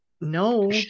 No